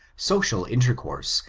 social intercourse,